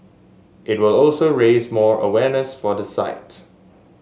it will also raise more awareness for the site